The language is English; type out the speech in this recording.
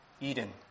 Eden